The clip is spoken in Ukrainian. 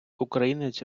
українець